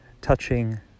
touching